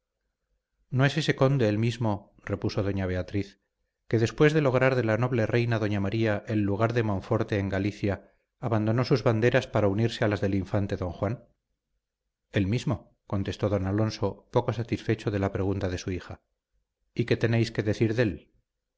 no es ese conde el mismo repuso doña beatriz que después de lograr de la noble reina doña maría el lugar de monforte en galicia abandonó sus banderas para unirse a las del infante don juan el mismo contestó don alonso poco satisfecho de la pregunta de su hija y qué tenéis que decir dél